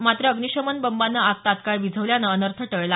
मात्र अग्निशमन बंबानं आग तत्काळ विझवल्याने अनर्थ टळला